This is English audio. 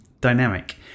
dynamic